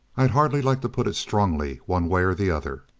i'd hardly like to put it strongly one way or the other.